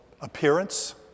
appearance